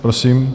Prosím.